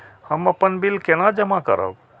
हम अपन बिल केना जमा करब?